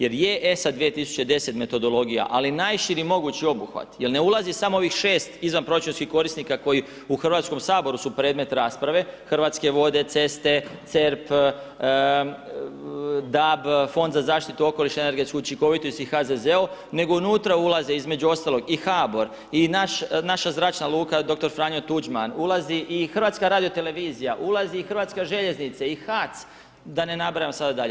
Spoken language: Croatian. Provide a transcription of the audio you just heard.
Jer je ESA 2010. metodologija ali najširi mogući obuhvat jer ne ulazi samo ovih 6 izvanproračunskih korisnika koji u Hrvatskom saboru su predmet rasprave, Hrvatske vode, ceste, CERP, DAB, Fond za zaštitu okoliša i energetsku učinkovitost i HZZO, nego unutra ulaze između ostalog i HBOR i naša Zračna luka Dr. Franjo Tuđman, ulazi i HRT, ulazi i HŽ i HAC, da ne nabrajam sada dalje.